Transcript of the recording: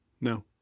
No